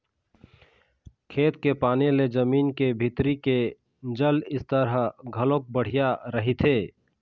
खेत के पानी ले जमीन के भीतरी के जल स्तर ह घलोक बड़िहा रहिथे